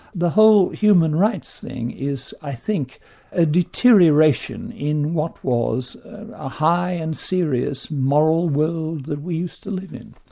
the whole human rights thing is i think a deterioration in what was a high and serious moral world that we used to live in.